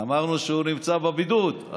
ונמצא בבידוד,